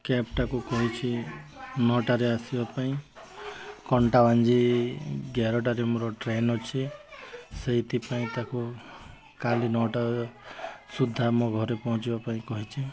କ୍ୟାବ୍ଟାକୁ କହିଛି ନଅଟାରେ ଆସିବା ପାଇଁ କଣ୍ଟାବାଞ୍ଜି ଏଗାରଟାରେ ମୋର ଟ୍ରେନ ଅଛି ସେଥିପାଇଁ ତାକୁ କାଲି ନଅଟା ସୁଦ୍ଧା ମୋ ଘରେ ପହଞ୍ଚିବା ପାଇଁ କହିଛି